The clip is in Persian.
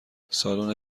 سالن